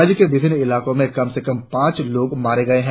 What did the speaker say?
राज्य के विभिन्न इलाकों में कम से कम पांच लोग मारे गए हैं